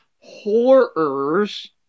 horrors